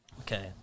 Okay